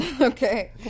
Okay